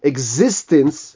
Existence